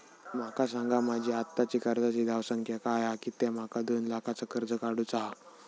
माका सांगा माझी आत्ताची कर्जाची धावसंख्या काय हा कित्या माका दोन लाखाचा कर्ज काढू चा हा?